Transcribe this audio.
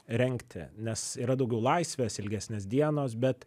rengti nes yra daugiau laisvės ilgesnės dienos bet